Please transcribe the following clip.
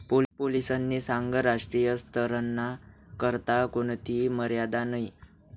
पोलीसनी सांगं राष्ट्रीय स्तरना करता कोणथी मर्यादा नयी